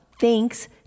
Thanks